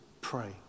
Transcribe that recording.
pray